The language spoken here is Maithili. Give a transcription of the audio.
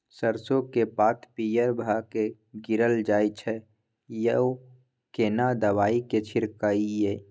सरसो के पात पीयर भ के गीरल जाय छै यो केना दवाई के छिड़कीयई?